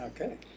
okay